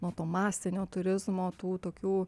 nuo to masinio turizmo tų tokių